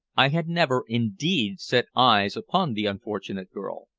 i had never, indeed, set eyes upon the unfortunate girl.